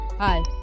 Hi